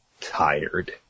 tired